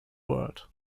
world